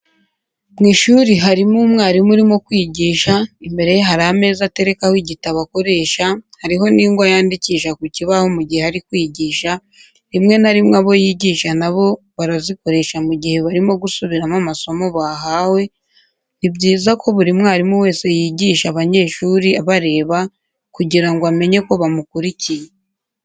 Mu ishuri harimo umwarimu urimo kwigisha, imbere ye hari ameza aterekaho igitabo akoresha hariho n'ingwa yandikisha ku kibaho mu gihe ari kwigisha, rimwe na rimwe abo yigisha na bo barazikoresha mu gihe barimo gusubiramo amasomo bahahwe, ni byiza ko buri mwarimu wese yigisha abanyeshuri abareba kugira ngo amenye ko bamukurikiye.